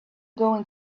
going